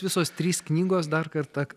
visos trys knygos dar kartą